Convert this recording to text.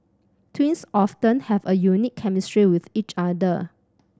twins often have a unique chemistry with each other